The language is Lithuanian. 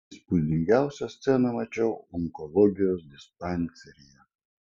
įspūdingiausią sceną mačiau onkologijos dispanseryje